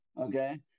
okay